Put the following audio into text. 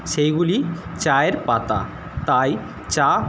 সেইগুলি চায়ের পাতা তাই চা